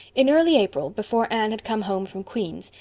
in early april, before anne had come home from queen's,